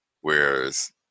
whereas